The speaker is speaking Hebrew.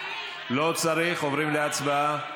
לא צריך, עוברים להצבעה.